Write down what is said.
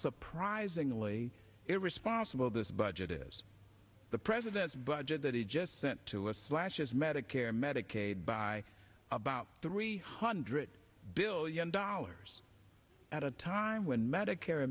surprisingly irresponsible this budget is the president's budget that he just sent to us slashes medicare medicaid by about three hundred billion dollars at a time when medicare